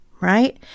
right